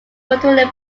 continually